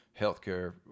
healthcare